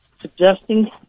suggesting